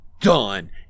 done